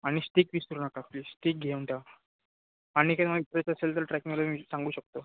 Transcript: आणि स्टिक विसरू नका स्टिक घेऊन ठेवा आणि काही मग तुम्हाला इंटरेस्ट असेल तर ट्रॅकिंगला मी सांगू शकतो